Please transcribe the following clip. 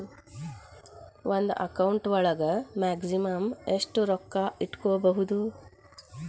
ಒಂದು ಅಕೌಂಟ್ ಒಳಗ ಮ್ಯಾಕ್ಸಿಮಮ್ ಎಷ್ಟು ರೊಕ್ಕ ಇಟ್ಕೋಬಹುದು?